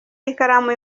ikaramu